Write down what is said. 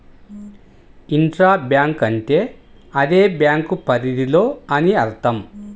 intra bank అంటే అదే bank పరిధిలో అని అర్థం